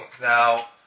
Now